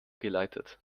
geleitet